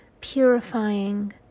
purifying